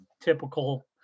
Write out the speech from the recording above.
typical